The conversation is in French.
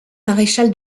maréchal